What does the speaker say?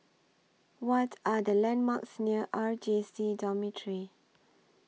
What Are The landmarks near R J C Dormitory